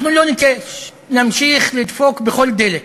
אנחנו לא נתייאש, נמשיך לדפוק בכל דלת,